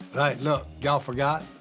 alright look, y'all forgot,